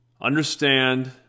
Understand